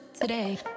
today